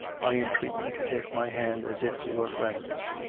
i entreat you to take my hand as if we were friends.